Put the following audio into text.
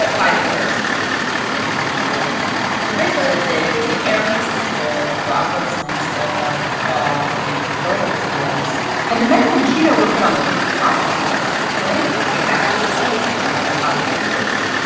but five floors and the calm tiers. so basically, like the the air mixes, the the droplets mix, they're allowed to fall onto the lower tiers and the men from chino were put on the top tier. right. exactly. right on on the top two tiers.